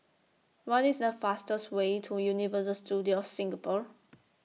What IS The fastest Way to Universal Studios Singapore